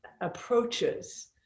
approaches